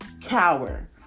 cower